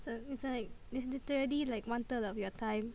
it's uh it's like it's literally like one third of your time